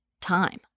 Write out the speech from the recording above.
time